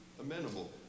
amenable